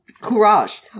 Courage